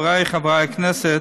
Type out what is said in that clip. חבריי חברי הכנסת,